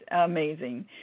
Amazing